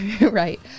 right